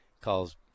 Calls